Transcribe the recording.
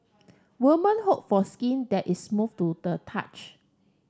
woman hope for skin that is move to the touch